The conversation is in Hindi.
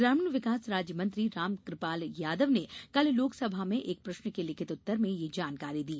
ग्रामीण विकास राज्यमंत्री राम कृपाल यादव ने कल लोकसभा में एक प्रश्न के लिखित उत्तर में यह जानकारी दी